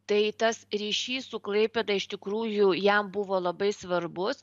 tai tas ryšys su klaipėda iš tikrųjų jam buvo labai svarbus